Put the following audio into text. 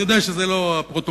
אני לא יודע שזה לא הפרוטוקול,